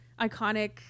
iconic